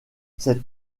cette